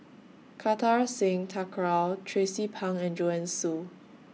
Kartar Singh Thakral Tracie Pang and Joanne Soo